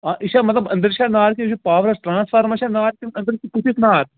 آ یہِ چھا مطلب أنٛدرۍ چھا نار کِنہٕ یہِ چھُ پاورس ٹرٛانسفارمرس چھا نار کِنہٕ أنٛدرٕ چھِ کُِٹھس نار